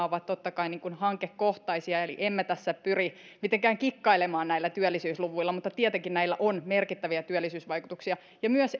ovat totta kai hankekohtaisia eli emme tässä pyri mitenkään kikkailemaan näillä työllisyysluvuilla mutta tietenkin näillä on merkittäviä työllisyysvaikutuksia myös